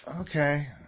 okay